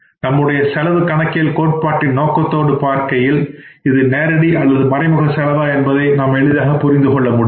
நம்முடைய செலவு கணக்கியல் கோட்பாட்டின் நோக்கத்தோடு பாக்கையில் இது நேரடி அல்லது மறைமுக செலவா என்பதை நாம் எளிதாக புரிந்து கொள்ள முடியும்